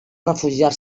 refugiar